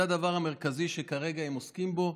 זה הדבר המרכזי שכרגע הם עוסקים בו.